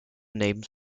names